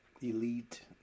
elite